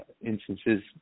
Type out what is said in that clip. instances